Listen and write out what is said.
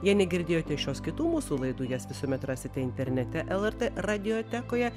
jie negirdėjote šios kitų mūsų laidų jas visuomet rasite internete lrt radijotekoje